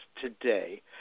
today